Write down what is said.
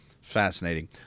fascinating